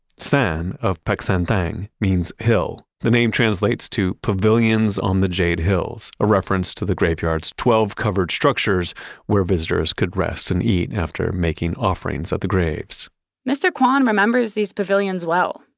san of peck san theng means hill. the name translates to pavilions on the jade hills, a reference to the graveyard's twelve covered structures where visitors could rest and eat after making offerings at the graves mr. kwan remembers these pavilions well,